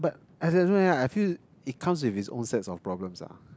as in I feel it comes with its own set of problems lah